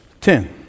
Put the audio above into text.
ten